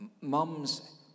mums